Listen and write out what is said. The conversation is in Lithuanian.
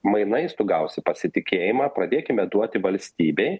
mainais tu gausi pasitikėjimą pradėkime duoti valstybei